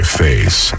face